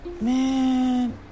Man